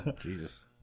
Jesus